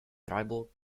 tribal